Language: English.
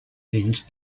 means